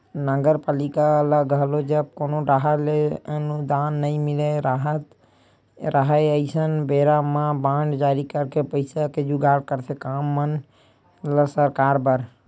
नगरपालिका ल घलो जब कोनो डाहर ले अनुदान नई मिलत राहय अइसन बेरा म बांड जारी करके पइसा के जुगाड़ करथे काम मन ल सरकाय बर